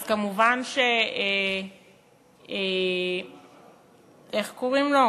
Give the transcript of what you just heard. אז כמובן שאיך קוראים לו?